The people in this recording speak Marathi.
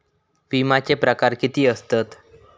विमाचे प्रकार किती असतत?